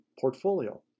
portfolio